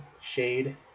shade